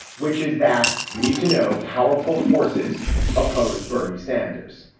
which is that you need to know. powerful forces opposed bernie sanders.